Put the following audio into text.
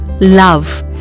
love